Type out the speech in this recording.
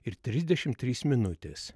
ir trisdešimt trys minutės